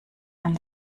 man